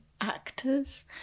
actors